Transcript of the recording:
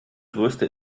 größte